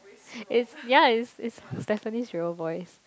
it's ya it's it's Stephenie's real voice